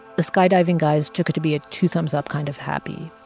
the skydiving guys took it to be a two-thumbs-up kind of happy,